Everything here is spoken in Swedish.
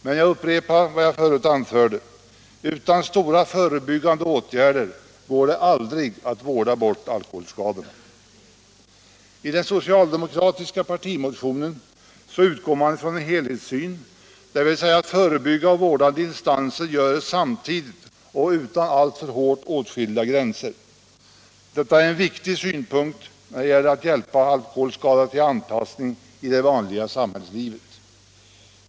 Men jag upprepar vad jag förut anförde: utan förebyggande åtgärder i stor skala går det aldrig att vårda bort alkoholskadorna. I den socialdemokratiska partimotionen utgår man från en helhetssyn, dvs. att förebyggande och vårdande insatser göres samtidigt och utan alltför hårt åtskilda gränser. Detta är en viktig synpunkt när det gäller att hjälpa alkoholskadade till anpassning i det vanliga samhällslivet.